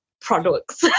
products